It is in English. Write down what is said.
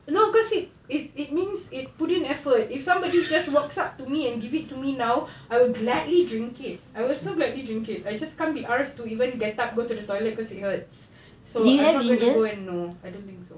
no cause it's it it's means it put in effort if somebody just walks up to me and give it to me now I will gladly drink it I will so gladly drink it I just can't be asked even get up go to the toilet cause it hurts so I'm not gonna go and no I don't think so